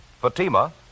Fatima